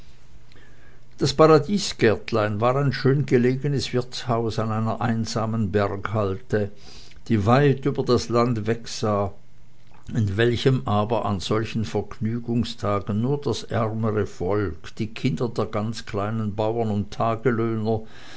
das paradiesgärtlein war ein schöngelegenes wirtshaus an einer einsamen berghalde das weit über das land wegsah in welchem aber an solchen vergnügungstagen nur das ärmere volk die kinder der ganz kleinen bauern und tagelöhner